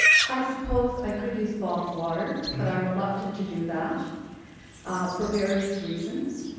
i suppose i could use bottled water. but i'm reluctant to do that for various reasons.